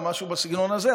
או משהו בסגנון הזה,